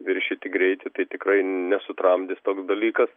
viršyti greitį tai tikrai nesutramdys toks dalykas